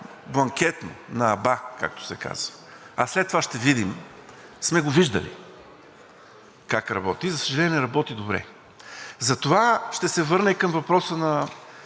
бланкетно, на абак, както се казва, а след това ще видим, сме го виждали как работи. За съжаление, не работи добре. Затова ще се върна и към въпроса на